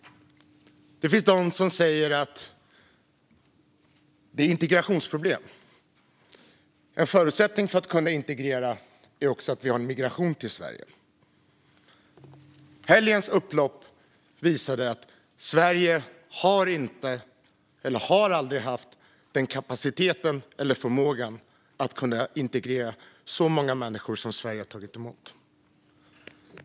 Det finns de som säger att det handlar om integrationsproblem. En förutsättning för att kunna integrera är att vi har en migration till Sverige. Helgens upplopp visade att Sverige aldrig har haft kapaciteten eller förmågan att integrera så många människor som Sverige har tagit emot.